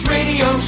Radio